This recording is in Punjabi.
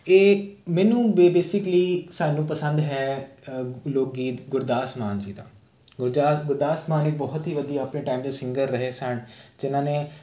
ਇਹ ਮੈਨੂੰ ਬੇ ਬੇਸਿਕਲੀ ਸਾਨੂੰ ਪਸੰਦ ਹੈ ਲੋਕ ਗੀਤ ਗੁਰਦਾਸ ਮਾਨ ਜੀ ਦਾ ਗੁਰਜਾ ਗੁਰਦਾਸ ਮਾਨ ਨੇ ਬਹੁਤ ਹੀ ਵਧੀਆ ਆਪਣੇ ਟਾਈਮ ਦੇ ਸਿੰਗਰ ਰਹੇ ਸਨ ਜਿਨ੍ਹਾਂ ਨੇ